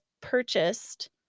purchased